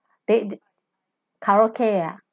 bed karaoke ah